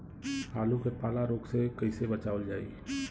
आलू के पाला रोग से कईसे बचावल जाई?